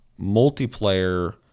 multiplayer